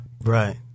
Right